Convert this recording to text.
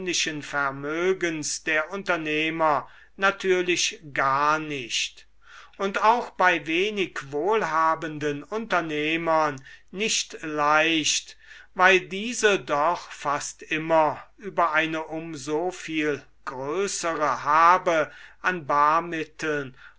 vermögens der unternehmer natürlich gar nicht und auch bei wenig wohlhabenden unternehmern nicht leicht weil diese doch fast immer über eine um so viel größere habe an barmitteln